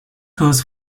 cause